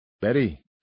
Betty